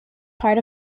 part